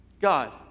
God